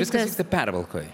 viskas vyksta pervalkoj